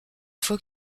fois